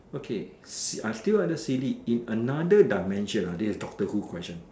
okay Si~ still under silly in another dimension ah this is doctor who question